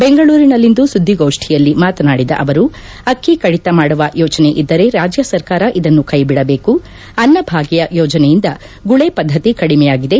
ಬೆಂಗಳೂರಿನಲ್ಲಿಂದು ಸುದ್ದಿಗೋಷ್ಠಿಯಲ್ಲಿ ಮಾತನಾಡಿದ ಅವರು ಅಕ್ಕಿ ಕಡಿತ ಮಾಡುವ ಯೋಚನೆ ಇದ್ದರೆ ರಾಜ್ಯ ಸರ್ಕಾರ ಇದನ್ನು ಕೈಬಿಡಬೇಕು ಅನ್ನ ಭಾಗ್ಯ ಯೋಜನೆಯಿಂದ ಗುಳೆ ಪದ್ದತಿ ಕಡಿಮೆಯಾಗಿದೆ